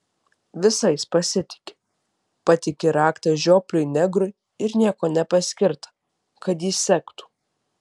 visais pasitiki patiki raktą žiopliui negrui ir nieko nepaskirta kad jį sektų